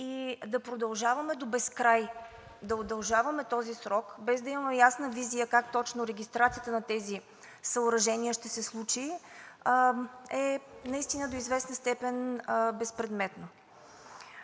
Да продължаваме до безкрай да удължаваме този срок, без да имаме ясна визия как точно регистрацията на тези съоръжения ще се случи, е наистина до известна степен безпредметно.